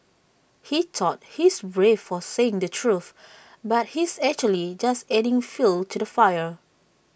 he thought he's brave for saying the truth but he's actually just adding fuel to the fire